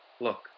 Look